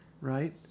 right